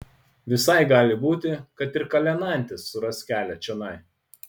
visai gali būti kad ir kalenantis suras kelią čionai